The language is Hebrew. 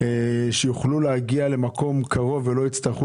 שיוכלו להגיע למקום קרוב ולא יצטרכו